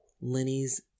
Lenny's